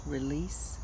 Release